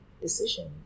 decision